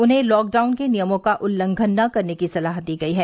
उन्हें लॉकडाउन के नियमों का उल्लंघन न करने की सलाह दी गई है